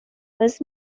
was